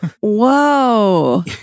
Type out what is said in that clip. Whoa